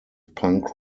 punk